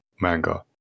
manga